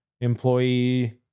employee